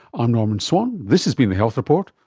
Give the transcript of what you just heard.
ah norman swan, this has been the health report,